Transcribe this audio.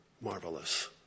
marvelous